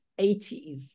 80s